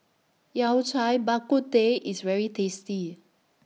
Yao Cai Bak Kut Teh IS very tasty